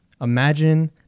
Imagine